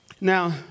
Now